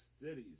cities